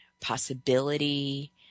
possibility